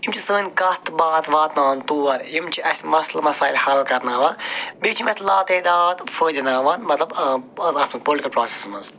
یِم چھِ سٲنۍ کَتھ باتھ واتناوان تور یِم چھِ اَسہِ مثلہٕ مسایل ہل کرناوان بیٚیہِ چھِ یِم اَسہِ لاتعداد فٲیدِناوان مطلب پراسٮ۪س منٛز